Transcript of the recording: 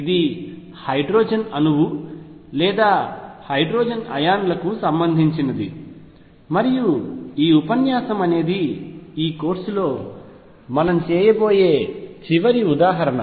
ఇది హైడ్రోజన్ అణువు లేదా హైడ్రోజన్ అయాన్లకు సంబంధించినది మరియు ఈ ఉపన్యాసం అనేది ఈ కోర్సు లో మనం చేయబోయే చివరి ఉదాహరణ